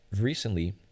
recently